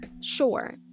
sure